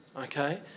Okay